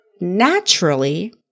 naturally